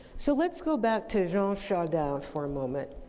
so, let's go back to jean chardin for a moment.